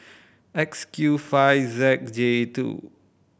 X Q five Z J two